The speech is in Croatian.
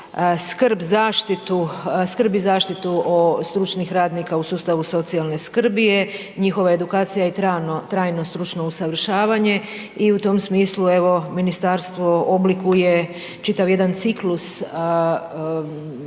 skrb i zaštitu stručnih radnika u sustavu socijalne skrbi je njihova edukacija i trajno stručno usavršavanje i u tom smislu, evo, ministarstvo oblikuje čitav jedan ciklus